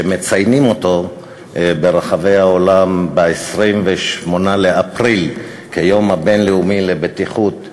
שמציינים אותו ברחבי העולם ב-28 באפריל כיום הבין-לאומי לבטיחות ולגהות,